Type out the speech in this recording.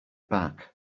back